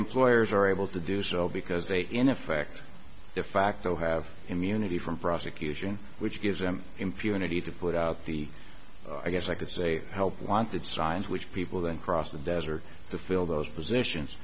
employers are able to do so because they in effect defacto have immunity from prosecution which gives them impunity to put out the i guess i could say help wanted signs which people then cross the desert to fill those positions